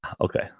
Okay